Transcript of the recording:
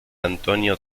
antonio